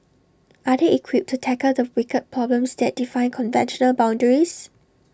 are they equipped to tackle the wicked problems that defy conventional boundaries